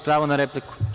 Pravo na repliku